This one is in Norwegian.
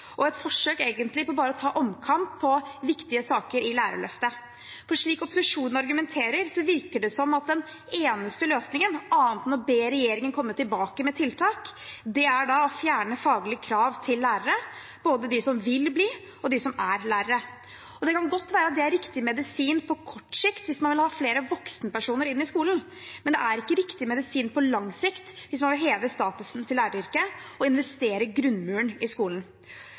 og egentlig bare et forsøk på å ta omkamp om viktige saker i Lærerløftet. For slik opposisjonen argumenterer, virker det som om den eneste løsningen, annet enn å be regjeringen komme tilbake med tiltak, er å fjerne faglige krav til lærere, både til dem som vil bli, og til dem som er lærere. Det kan godt være at det er riktig medisin på kort sikt, hvis man vil ha flere voksenpersoner inn i skolen, men det er ikke riktig medisin på lang sikt, hvis man vil heve statusen til læreryrket og investere i grunnmuren i skolen.